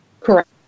Correct